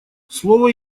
слово